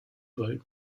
vote